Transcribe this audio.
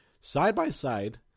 side-by-side